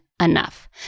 enough